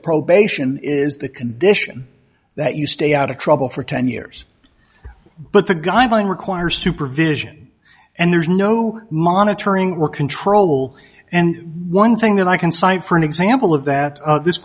probation is the condition that you stay out of trouble for ten years but the guidelines require supervision and there's no monitoring were control and one thing that i can cite for an example of that this